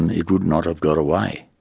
and it would not have got away.